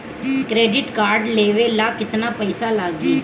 Credit card लेवे ला केतना पइसा लागी?